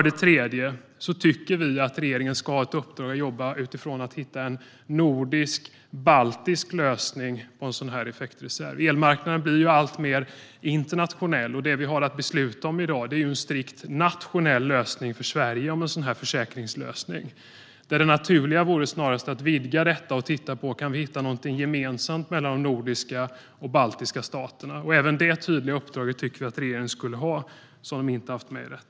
Det tredje är att vi tycker att regeringen ska ha i uppdrag att jobba för att hitta en nordisk-baltisk lösning på detta med effektreserven. Elmarknaden blir alltmer internationell. Det vi i dag har att besluta om är ju en strikt nationell sådan här försäkring för Sverige, men det naturliga vore snarast att vidga detta och se om vi kan hitta något gemensamt mellan de nordiska och baltiska staterna. Även detta tydliga uppdrag tycker vi att regeringen skulle ha.